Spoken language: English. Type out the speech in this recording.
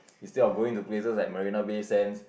instead of going to places like Marina-Bay-Sands